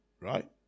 Right